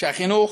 שלפיהם החינוך,